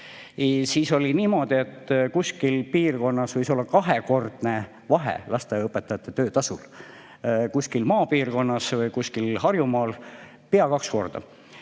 Siis oli niimoodi, et kuskil piirkonnas võis olla kahekordne vahe lasteaiaõpetajate töötasul, kuskil maapiirkonnas või kuskil Harjumaal pea kaks korda.